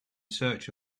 search